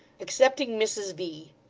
excepting mrs v.